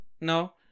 No